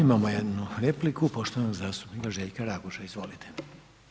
Imamo jednu repliku poštovanog zastupnika Željka Raguža, izvolite.